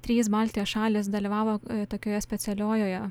trys baltijos šalys dalyvavo tokioje specialiojoje